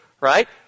right